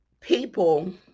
people